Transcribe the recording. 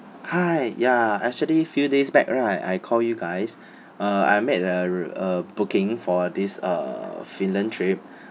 hi ya actually few days back right I call you guys uh I made uh a booking for this uh finland trip